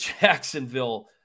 Jacksonville